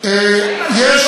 האם הלכו לראות?